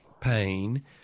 pain